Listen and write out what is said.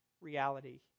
reality